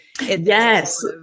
yes